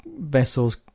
vessels